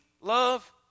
love